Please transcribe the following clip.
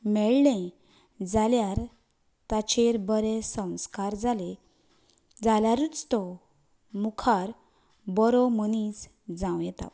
मेळ्ळें जाल्यार तांचेर बरे संस्कार जाले जाल्यारूच तो मुखार बरो मनीस जावं येता